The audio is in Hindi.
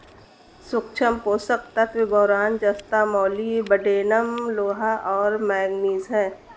सूक्ष्म पोषक तत्व बोरान जस्ता मोलिब्डेनम लोहा और मैंगनीज हैं